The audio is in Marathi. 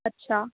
अच्छा